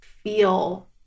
feel